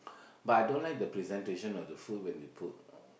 but I don't like the presentation of the food when they put